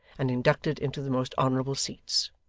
and inducted into the most honourable seats.